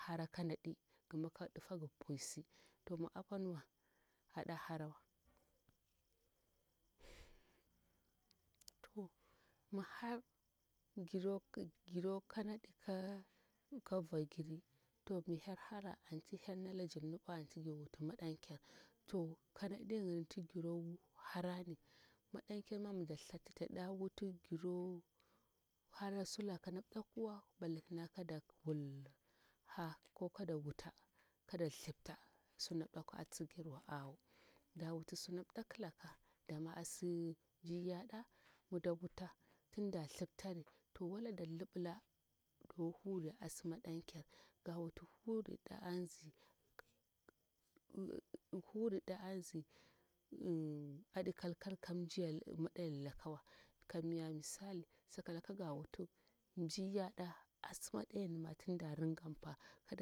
Kagi hara kanaɗi gima ka ɗifaga puyisi to mi apanwa ada harawa to mihar giro kana di kavogir to mi hel hara antu hel nalagir nubwa antu gir wutu maɗankir to kanaɗinyini tu giro harani maɗankir nayin mida thati da ɗawuti giro hara surlaka na ɗakiwa balle tana kada wulha ko kada wuta kada thipta suna ɗaku asimburwa awo dawutu suna ɗaplaka dama si mjiryada mida wuta mida wuta jin da thiptari to wala da liɓila do huri asi madakir ga wutu huridda anzi eh huridda anzi aɗikal kal ka maɗayarlakawa kamya sakalaka kawutu mjiryada asi maɗayarnima da riganpa.